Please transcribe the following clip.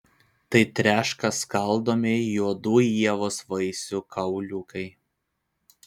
tai treška skaldomi juodų ievos vaisių kauliukai